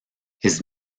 his